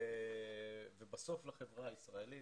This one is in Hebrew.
ובסוף לחברה הישראלית.